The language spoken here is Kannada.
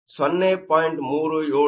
ಆದರೆ ಇದು 0